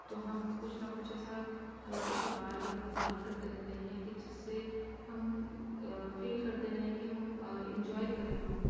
تو ہم کچھ نہ کچھ ایسا ایسی بات یا مزاق کرتے رہتے ہیں کہ جس سے ہم فیل کرتے رہیں کہ ہم انجوائے کریں ہم